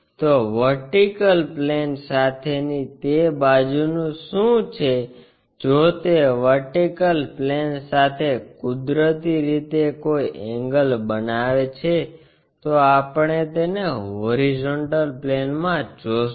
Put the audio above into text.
તો vertical plane સાથેની તે બાજુનું શું છે જો તે વર્ટિકલ પ્લેન સાથે કુદરતી રીતે કોઈ એંગલ બનાવે છે તો આપણે તેને હોરીઝોન્ટલ પ્લેનમાં જોશું